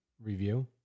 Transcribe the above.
review